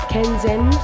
Kenzen